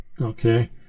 okay